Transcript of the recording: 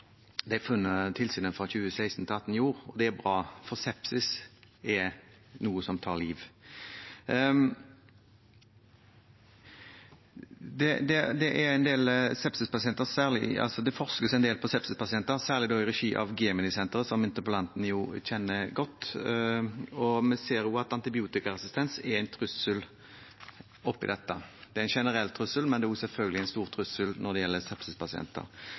tilsynet gjorde fra 2016 til 2018. Det er bra, for sepsis tar liv. Det forskes en del på sepsispasienter, særlig i regi av Geminisenteret, som interpellanten kjenner godt, og vi ser også at antibiotikaresistens er en trussel her. Det er en generell trussel, men det er også selvfølgelig en stor trussel når det gjelder